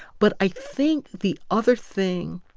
but i think the other thing